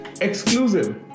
exclusive